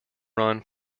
run